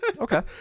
okay